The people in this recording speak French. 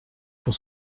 pour